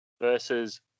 versus